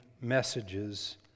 messages